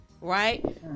right